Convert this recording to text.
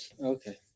okay